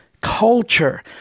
Culture